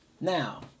Now